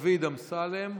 דוד אמסלם.